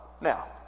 Now